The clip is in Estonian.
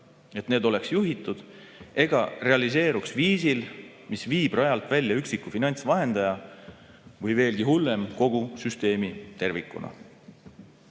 et need oleks juhitud ega realiseeruks viisil, mis viib rajalt välja üksiku finantsvahendaja või veelgi hullem, kogu süsteemi tervikuna.